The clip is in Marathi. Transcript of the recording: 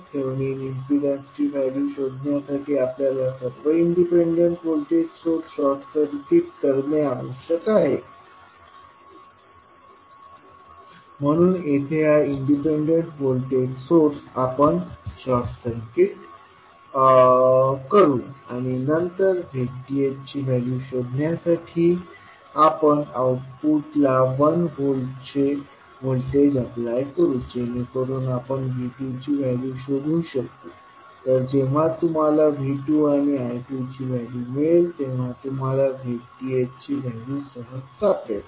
थेव्हिनिन इम्पीडन्सची व्हॅल्यू शोधण्यासाठी आपल्याला सर्व independent voltage source short circuit करणे आवश्यक आहे म्हणून येथे हा इंडिपेंडंट व्होल्टेज सोर्स आपण शॉर्ट सर्किट करू आणि नंतर ZThची व्हॅल्यू शोधण्यासाठी आपण आउटपुटला 1 व्होल्टचे व्होल्टेज अप्लाय करू जेणेकरून आपण V2ची व्हॅल्यू शोधू शकू तर जेव्हा तुम्हाला V2आणि I2ची व्हॅल्यू मिळेल तेव्हा तुम्हाला ZTh ची व्हॅल्यू सहज सापडेल